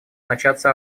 начаться